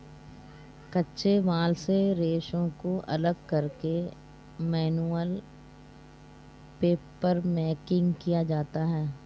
कच्चे माल से रेशों को अलग करके मैनुअल पेपरमेकिंग किया जाता है